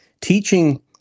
teaching